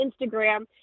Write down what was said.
instagram